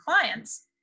clients